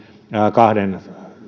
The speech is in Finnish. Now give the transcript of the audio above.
kahden